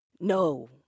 No